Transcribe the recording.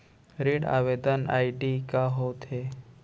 ऋण आवेदन आई.डी का होत हे?